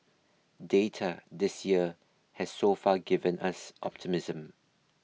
data this year has so far given us optimism